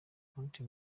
konti